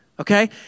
Okay